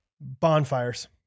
bonfires